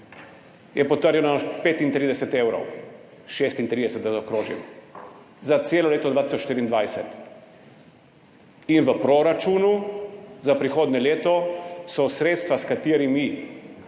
je potrjeno, 35 evrov, 36, da zaokrožim, za celo leto 2023. In v proračunu za prihodnje leto so sredstva, s katerimi